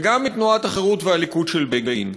וגם מתנועת החרות ומהליכוד של בגין.